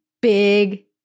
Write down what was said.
big